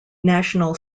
national